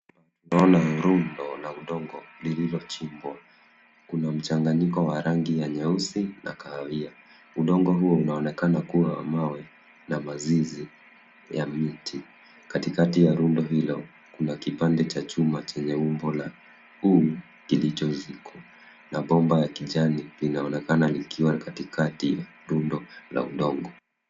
Tunaona rundo la udongo lililo chimbwa. Kuna mchanganyiko wa rangi ya nyeusi na kahawia. Udongo huo unaonekana kuwa wa mawe na mazizi ya miti, katikati ya rundo hilo kuna kipande cha chuma chenye umbo la u kilicho zikwa na bomba ya kijani inaonekana likiwa katikati rundo la udongo.